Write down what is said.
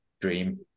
dream